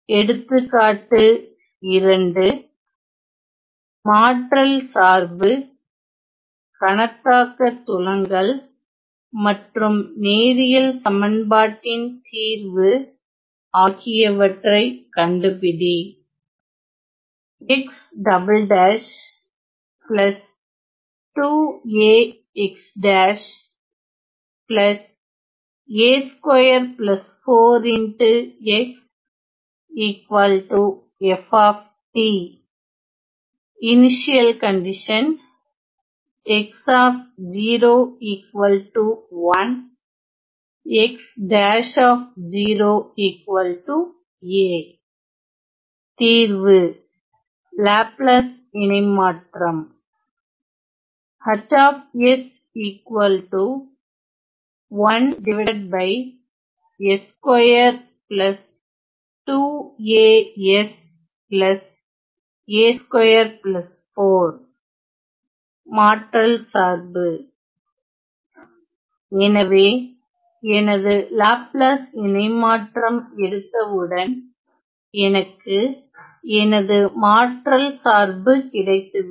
எடுத்துக்காட்டு 2 மாற்றல் சார்பு கணத்தாக்கத் துலங்கல் மற்றும் நேரியல் சமன்பாட்டின் தீர்வு ஆகியவற்றை கண்டுபிடி தீர்வு லாப்லாஸ் இணைமாற்றம் மாற்றல் சார்பு எனவே எனது லாப்லாஸ் இணைமாற்றம் எடுத்தவுடன் எனக்கு எனது மாற்றல் சார்பு கிடைத்து விடும்